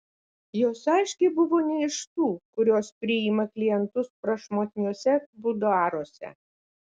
jos aiškiai buvo ne iš tų kurios priima klientus prašmatniuose buduaruose